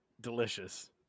Delicious